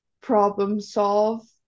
problem-solve